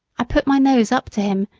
i put my nose up to him,